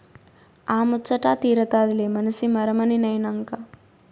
ఆ ముచ్చటా తీరతాదిలే మనసి మరమనినైనంక